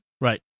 Right